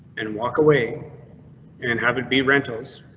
and walk away and and have it be rentals.